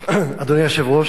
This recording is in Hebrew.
אדוני היושב-ראש,